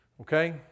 Okay